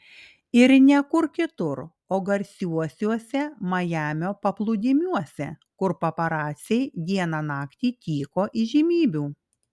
ir ne kur kitur o garsiuosiuose majamio paplūdimiuose kur paparaciai dieną naktį tyko įžymybių